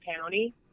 County